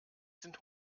sind